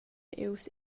ius